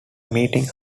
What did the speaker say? meeting